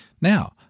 Now